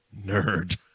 nerd